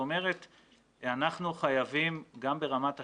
אנחנו חייבים גם ברמת השקיפות,